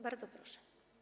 Bardzo proszę.